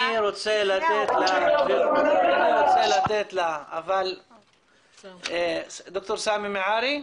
אני רוצה לתת לה אבל --- ד"ר סמי מיאערי?